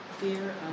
Fear